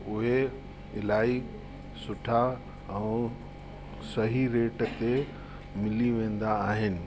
उहे इलाही सुठा ऐं सही रेट ते मिली वेंदा आहिनि